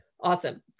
Awesome